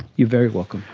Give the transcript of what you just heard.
you're very welcome.